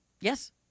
Yes